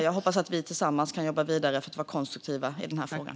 Jag hoppas att vi tillsammans kan jobba vidare för att vara konstruktiva i frågan.